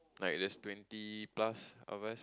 like the twenty plus hours